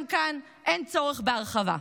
גם כאן אין צורך בהרחבה.